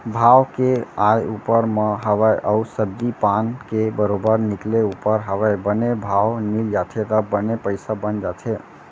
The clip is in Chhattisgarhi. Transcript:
भाव के आय ऊपर म हवय अउ सब्जी पान के बरोबर निकले ऊपर हवय बने भाव मिल जाथे त बने पइसा बन जाथे